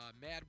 Mad